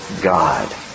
God